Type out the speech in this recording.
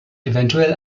eventuell